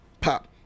pop